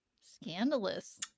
Scandalous